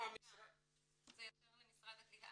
זה יותר למשרד הקליטה.